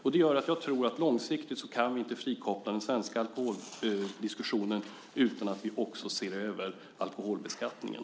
Detta gör att jag tror att vi långsiktigt inte kan frikoppla den svenska alkoholdiskussionen utan att också se över alkoholbeskattningen.